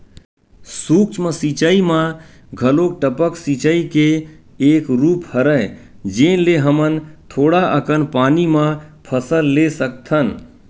सूक्ष्म सिचई म घलोक टपक सिचई के एक रूप हरय जेन ले हमन थोड़ा अकन पानी म फसल ले सकथन